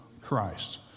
Christ